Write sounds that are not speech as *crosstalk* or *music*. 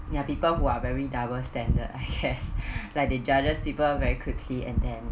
ya people who are very double standard I guess *noise* like they judges people very quickly and then